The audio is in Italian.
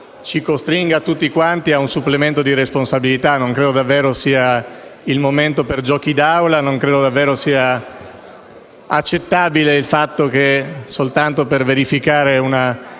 ci costringa tutti ad un supplemento di responsabilità. Non credo davvero sia il momento per i giochi d’Aula e non ritengo davvero accettabile che soltanto per verificare una